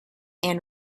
and